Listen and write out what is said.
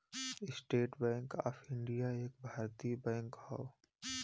estate Bank of India एक भारतीय बैंक हौ